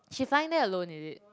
she flying there alone is it